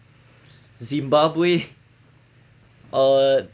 Zimbabwe uh